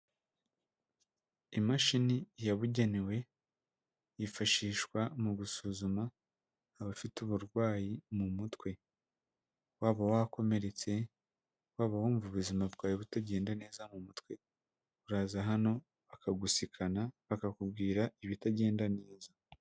Imashini yabugenewe yifashishwa mu gusuzuma abafite uburwayi mu mutwe, waba wakomeretse, waba wumva ubuzima bwawe butagenda neza mu mutwe uraza hano bakagusikana bakakubwira ibitagenda neza.